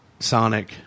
Sonic